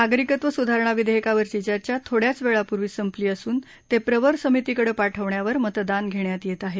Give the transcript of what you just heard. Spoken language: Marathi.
नागरिकत्व सुधारणा विधेयकावरची चर्चा थोड्याच वेळापूर्वी संपली असून ते प्रवरसमितीकडे पाठवल्यावर मतदान घेण्यात येत आहे